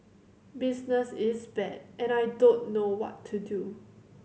business is bad and I don't know what to do